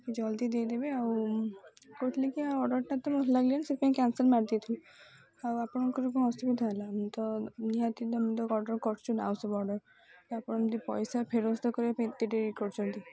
ଜଲ୍ଦି ଦେଇଦେବେ ଆଉ କହୁଥିଲେ କି ଆ ଅର୍ଡ଼ରଟା ତ ଭଲ ଲାଗିଲାନି ସେଥିପାଇଁ କ୍ୟାନସଲ୍ ମାରିଦେଇଥିଲୁ ଆଉ ଆପଣଙ୍କର କ'ଣ ଅସୁବିଧା ହେଲା ଆମେ ତ ନିହାତି ତ ଆମେ ତ ଅର୍ଡ଼ର କରୁଛୁ ନା ଆଉ ସବୁ ଅର୍ଡ଼ର ଆପଣ ଏମିତି ପଇସା ଫେରସ୍ତ କରିବା ପାଇଁ ଏତେ ଡେରି କରୁଛନ୍ତି